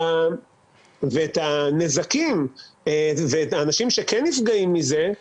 את הנזקים ואת האנשים שכן נפגעים מזה,